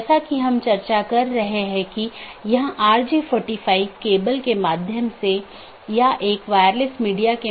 जैसा कि हमने पाथ वेक्टर प्रोटोकॉल में चर्चा की है कि चार पथ विशेषता श्रेणियां हैं